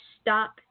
stop